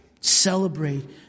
celebrate